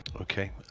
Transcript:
Okay